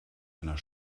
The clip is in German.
einer